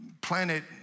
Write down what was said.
planet